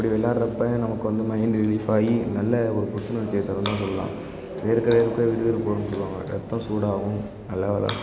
அப்படி விள்ளாட்றப்ப நமக்கு வந்து மைண்டு ரிலீஃப் ஆகி நல்ல ஒரு புத்துணர்ச்சியைத் தரும்னு சொல்லலாம் இது வேர்க்க வேர்க்க விறுவிறுப்பு வரும்னு சொல்வாங்க ரத்தம் சூடாகும் நல்லா வெள்ளாட்டு